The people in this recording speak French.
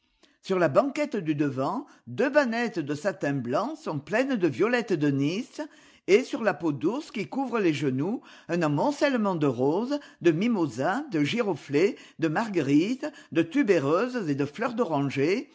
sur la banquette du devant deux bannettes de satin blanc sont pleines de violettes de nice et sur la peau d'ours qui couvre les genoux un amoncellement de roses de mimosas de giroflées de marguerites de tubéreuses et de fleurs d'oranger